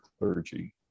clergy